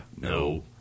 No